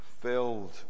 filled